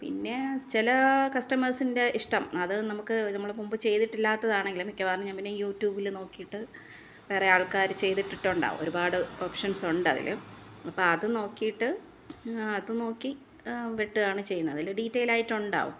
പിന്നെ ചില കസ്റ്റമേഴ്സിൻ്റെ ഇഷ്ടം അത് നമുക്ക് നമ്മൾ മുമ്പ് ചെയ്തിട്ടില്ലാത്തതാണെങ്കില് മിക്കവാറും ഞാന് പിന്നെ യൂട്യൂബിൽ നോക്കിയിട്ട് വേറെ ആള്ക്കാർ ചെയ്തിട്ടിട്ടുണ്ടാകും ഒരുപാട് ഓപ്ഷന്സ് ഉണ്ട് അതിൽ അപ്പം അതു നോക്കിയിട്ട് അത് നോക്കി വെട്ടുകയാണു ചെയ്യുന്നത് അതിൽ ഡീറ്റേൽ ആയിട്ടുണ്ടാകും